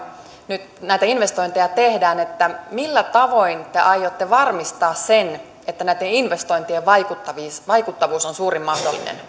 nyt näitä investointeja tehdään millä tavoin te aiotte varmistaa sen että näitten investointien vaikuttavuus on suurin mahdollinen